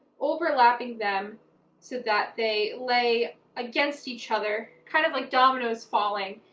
overlapping them so that they lay against each other kind of like dominoes falling,